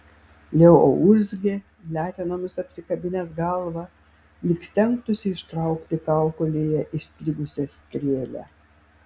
leo urzgė letenomis apsikabinęs galvą lyg stengtųsi ištraukti kaukolėje įstrigusią strėlę